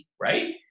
right